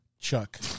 Chuck